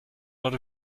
lot